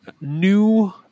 new